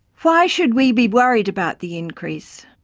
why should we be worried about the increase?